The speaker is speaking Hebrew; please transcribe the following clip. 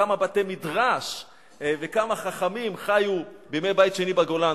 כמה בתי-מדרש וכמה חכמים חיו בימי בית שני בגולן,